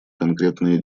конкретные